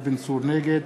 נגד